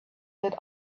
that